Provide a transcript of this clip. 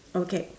okay